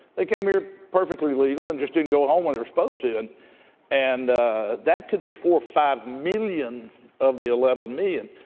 they came here perfectly legal and just didn't go home when they were supposed to. and and that could be four or five million of the eleven million.